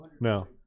no